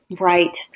right